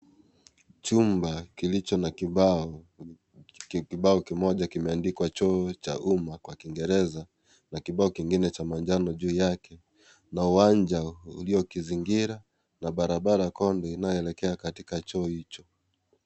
Chumba kilicho na kibao, kibao kimoja kimeandikwa choo cha umma kwa kiingereza na kibao kingine cha manjano juu yake na uwanja uliokizingira na barabara kombe inayoelekea katika choo hicho.